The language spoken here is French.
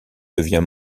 devient